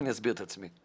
ואני אסביר את עצמי.